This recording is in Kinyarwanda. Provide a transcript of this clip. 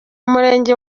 murenge